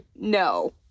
No